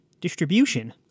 distribution